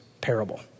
parable